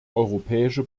europäische